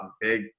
Big